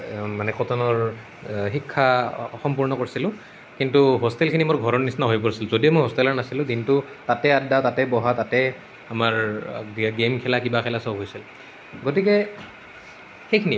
মানে কটনৰ শিক্ষা সম্পূৰ্ণ কৰিছিলোঁ কিন্তু হোষ্টেলখিনি মোৰ ঘৰৰ নিচিনা হৈ পৰিছিল যদিও মই হোষ্টেলাৰ নাছিলোঁ দিনটো তাতেই আড্ডা তাতেই বহা তাতে আমাৰ গেম খেলা কিবা খেলা চব হৈছিল গতিকে